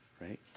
right